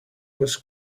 was